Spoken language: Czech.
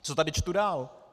Co tady čtu dál?